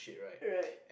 right